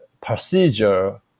procedure